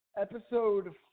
Episode